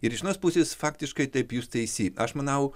ir iš vienos pusės faktiškai taip jūs teisi aš manau